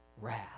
wrath